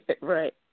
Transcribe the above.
Right